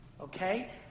okay